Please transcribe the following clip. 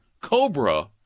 COBRA